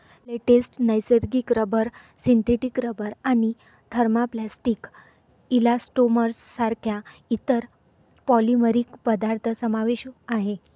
latex, नैसर्गिक rubber, synthetic rubber आणि thermoplastic elastomers सारख्या इतर पॉलिमरिक पदार्थ समावेश आहे